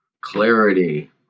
clarity